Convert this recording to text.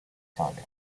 saga